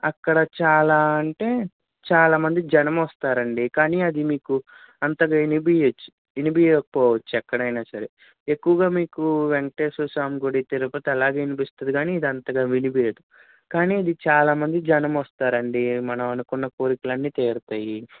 అక్కడ చాలా అంటే చాలా మంది జనం వస్తారండి కానీ అది మీకు అంతగా వినిపించవచ్చు వినిపించకపోవచ్చు ఎక్కడైనా సరే ఎక్కువగా మీకు వేంకటేశ్వర స్వామి గుడి తిరుపతి అలాగే వినిపిస్తుంది కాని ఇది అంతగా వినిపించదు కాని అది చాలా మంది జనం వస్తారండి మనం అనుకున్న కోరికలన్నీ తీరుతాయి